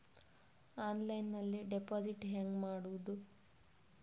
ಆನ್ಲೈನ್ನಲ್ಲಿ ಡೆಪಾಜಿಟ್ ಹೆಂಗ್ ಮಾಡುದು?